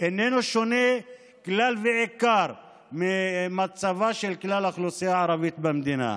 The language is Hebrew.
איננו שונה כלל ועיקר ממצבה של כלל האוכלוסייה הערבית במדינה.